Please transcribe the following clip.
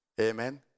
Amen